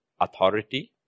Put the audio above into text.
authority